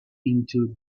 into